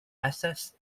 assets